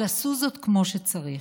אבל עשו זאת כמו שצריך.